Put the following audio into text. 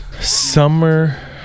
Summer